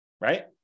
Right